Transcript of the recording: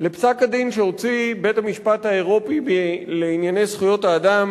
לפסק-הדין שהוציא לפני שנתיים בית-המשפט האירופי לענייני זכויות האדם